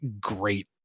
great